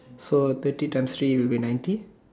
so thirty times three will be ninety